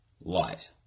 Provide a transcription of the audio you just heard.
light